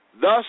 Thus